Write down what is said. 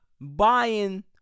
buying